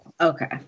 Okay